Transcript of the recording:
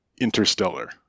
Interstellar